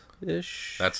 ish